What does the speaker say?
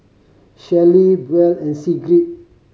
Shelley Buel and Sigrid